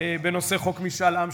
בנושא חוק משאל עם,